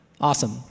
awesome